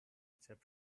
step